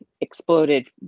exploded